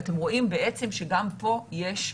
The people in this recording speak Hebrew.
ואתם רואים בעצם שגם פה יש ירידה,